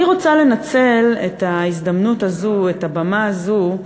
אני רוצה לנצל את ההזדמנות הזאת, את הבמה הזאת,